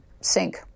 sink